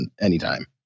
anytime